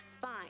Fine